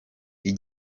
iki